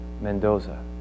Mendoza